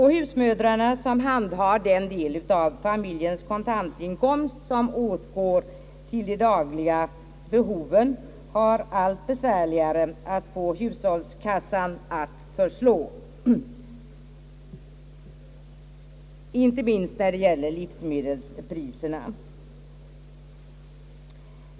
Husmödrarna, som handhar den del av kontantinkomsten som åtgår till de dagliga behoven, har fått det allt besvärligare att få hushållskassan att förslå, inte minst till livsmedel.